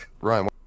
Ryan